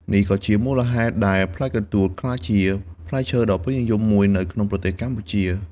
នេះក៏ជាមូលហេតុដែលផ្លែកន្ទួតក្លាយជាផ្លែឈើដ៏ពេញនិយមមួយនៅក្នុងប្រទេសកម្ពុជា។